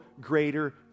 greater